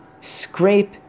scrape